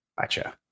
Gotcha